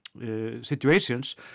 situations